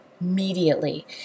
immediately